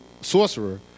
sorcerer